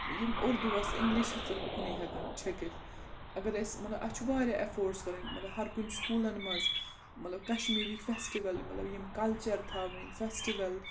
یِم اُردُوس اِنٛگلِشَس تہِ اُکنُے ہٮ۪کَن چھٔکِتھ اگر أسۍ مطلب اَسہِ چھُ وارِیاہ اٮ۪فٲٹٕس کَرٕنۍ مطلب ہَر کُنہِ سکوٗلَن منٛز مطلب کَشمیٖری فٮ۪سٹِوَل مطلب یِم کَلچَر تھاوٕنۍ فٮ۪سٹِول